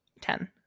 Ten